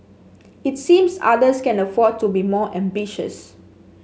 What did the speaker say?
it seems others can afford to be more ambitious